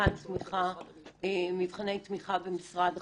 ומבחני תמיכה במשרד החינוך,